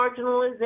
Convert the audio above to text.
marginalization